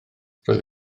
roedd